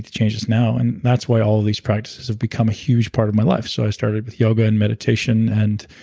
to change this now. and that's why all of these practices have become a huge part of my life. so i started yoga, and meditation, and